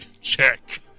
check